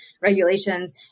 regulations